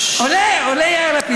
עולה יאיר לפיד.